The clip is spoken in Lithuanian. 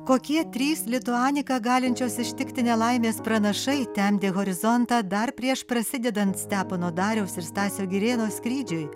kokie trys lituanika galinčios ištikti nelaimės pranašai temdė horizontą dar prieš prasidedant stepono dariaus ir stasio girėno skrydžiui